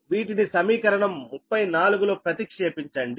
వీటిని సమీకరణం 34 లో ప్రతిక్షేపించండి